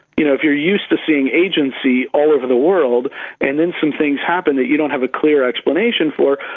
you know if you are used to seeing agency all over the world and then some things happen that you don't have a clear explanation for,